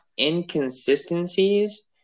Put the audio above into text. inconsistencies